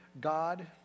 God